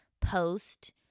post